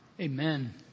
Amen